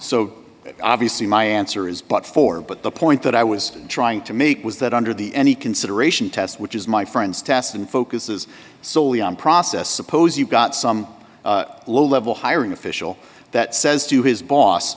so obviously my answer is but for but the point that i was trying to make was that under the any consideration test which is my friends test and focuses solely on process suppose you've got some low level hiring official that says to his boss